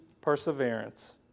perseverance